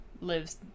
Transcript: lives-